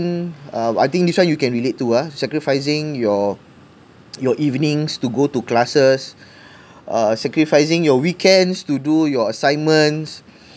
uh I think this one you can relate too ah sacrificing your your evenings to go to classes uh sacrificing your weekends to do your assignments